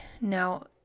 Now